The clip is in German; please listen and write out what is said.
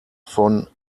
von